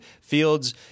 Fields